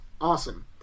awesome